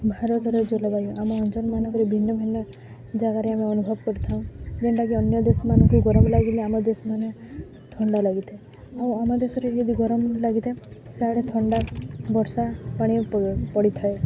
ଭାରତର ଜଲବାୟୁ ଆମ ଅଞ୍ଚଲମାନଙ୍କରେ ଭିନ୍ନ ଭିନ୍ନ ଜାଗାରେ ଆମେ ଅନୁଭବ କରିଥାଉ ଯେନ୍ଟାକି ଅନ୍ୟ ଦେଶମାନଙ୍କୁ ଗରମ ଲାଗିଲେ ଆମ ଦେଶମାନେ ଥଣ୍ଡା ଲାଗିଥାଏ ଆଉ ଆମ ଦେଶରେ ଯଦି ଗରମ ଲାଗିଥାଏ ସିଆଡ଼େ ଥଣ୍ଡା ବର୍ଷା ପାଣି ପଡ଼ିଥାଏ